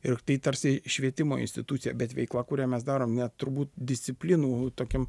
ir tai tarsi švietimo institucija bet veikla kurią mes darom net turbūt disciplinų tokiam